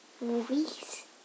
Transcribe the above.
movies